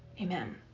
Amen